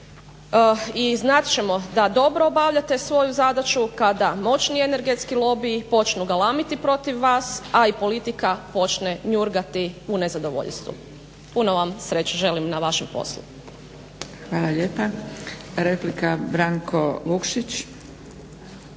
i znat ćemo da dobro obavljate svoju zadaću kada moćni energetski lobiji počnu galamiti protiv vas, a i politika počne njurgati u nezadovoljstvu. Puno vam sreće želim na vašem poslu! **Zgrebec, Dragica